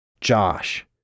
Josh